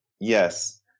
yes